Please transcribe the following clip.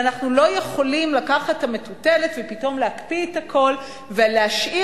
ואנחנו לא יכולים לקחת את המטוטלת ופתאום להקפיא את הכול ולהשאיר